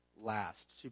last